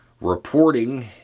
Reporting